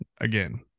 again